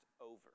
over